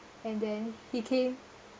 and then he came